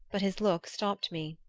but his look stopped me.